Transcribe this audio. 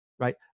Right